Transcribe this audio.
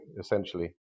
essentially